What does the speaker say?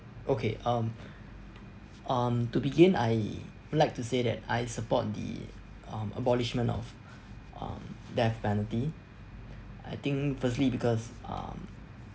okay um um to begin I would like to say that I support the um abolishment of um death penalty I think firstly because um